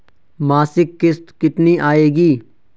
मासिक किश्त कितनी आएगी?